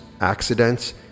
accidents